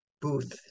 booth